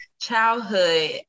childhood